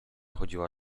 chodziła